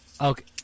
Okay